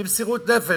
במסירות נפש,